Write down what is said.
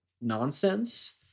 nonsense